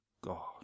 God